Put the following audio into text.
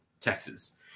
Texas